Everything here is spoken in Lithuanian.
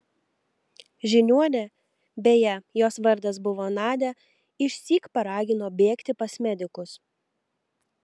žiniuonė beje jos vardas buvo nadia išsyk paragino bėgti pas medikus